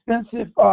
expensive